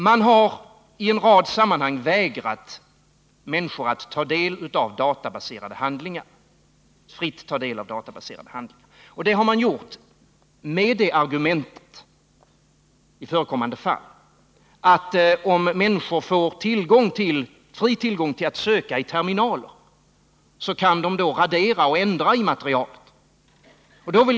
Man har i en rad sammanhang vägrat människor att fritt ta del av databaserade handlingar. Detta har man gjort med det argumentet — i förekommande fall — att om människor får fri tillgång till att söka i terminaler, kan de radera och ändra i materialet.